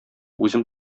үзем